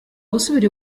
gusubira